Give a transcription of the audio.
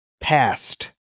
past